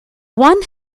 one